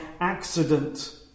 accident